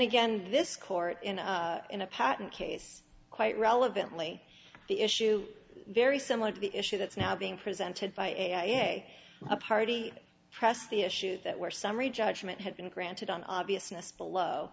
again this court in a in a patent case quite relevant only the issue very similar to the issue that's now being presented by a a a party press the issues that were summary judgment had been granted on obviousness below